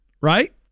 right